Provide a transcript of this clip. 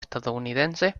estadounidense